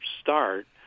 start